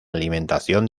alimentación